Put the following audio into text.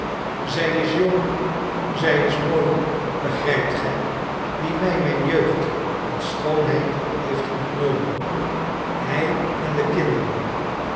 zij is jong zij is mooi begrijpt gij wie mij mijn jeugd en schoonheid heeft ontnomen hij en de kinderen